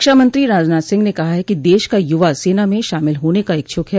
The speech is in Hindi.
रक्षामंत्री राजनाथ सिंह ने कहा है कि देश का युवा सेना में शामिल होने का इच्छुक है